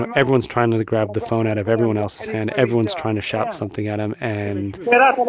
and everyone's trying to grab the phone out of everyone else's hand. everyone's trying to shout something at him. and. and but